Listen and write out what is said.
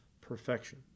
perfection